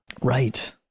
Right